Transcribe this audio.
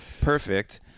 perfect